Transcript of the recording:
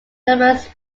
numerous